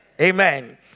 Amen